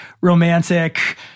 romantic